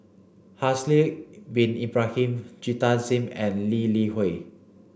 Haslir Bin Ibrahim Jita Singh and Lee Li Hui